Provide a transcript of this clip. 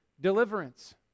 deliverance